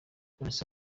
nonese